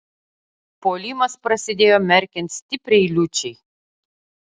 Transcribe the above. puolimas prasidėjo merkiant stipriai liūčiai